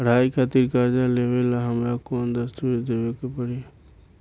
पढ़ाई खातिर कर्जा लेवेला हमरा कौन दस्तावेज़ देवे के पड़ी?